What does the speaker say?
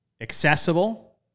accessible